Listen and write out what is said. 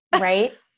right